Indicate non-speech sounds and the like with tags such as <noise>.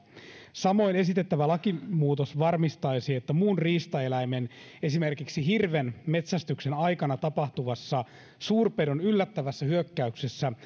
samoin esitettävä lakimuutos varmistaisi että muun riistaeläimen esimerkiksi hirven metsästyksen aikana tapahtuvassa suurpedon yllättävässä hyökkäyksessä <unintelligible>